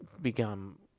become